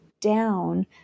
down